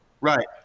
Right